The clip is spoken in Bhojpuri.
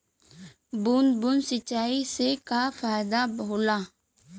बूंद बूंद सिंचाई से का फायदा होला?